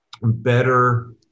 better